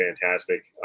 fantastic